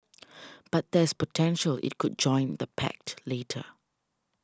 but there's potential it could join the pact later